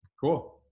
Cool